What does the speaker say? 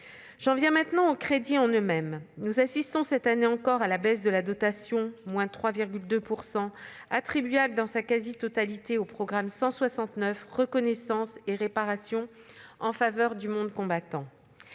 J'en viens maintenant aux crédits en eux-mêmes. Nous assistons, cette année encore, à la baisse de la dotation, de 3,2 %, attribuable dans sa quasi-totalité au programme 169, « Reconnaissance et réparation en faveur du monde combattant